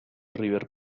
river